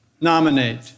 nominate